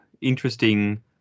interesting